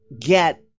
get